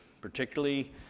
particularly